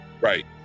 Right